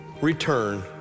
return